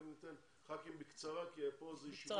רק ניתן לחברי הכנסת בקצרה כי פה זה ישיבות